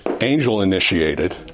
angel-initiated